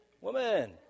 Women